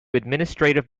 administrative